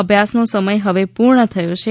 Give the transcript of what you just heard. અભ્યાસનો સમય હવે પૂર્ણ થયો છે